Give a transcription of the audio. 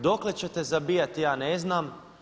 Dokle ćete zabijati ja ne znam.